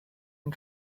and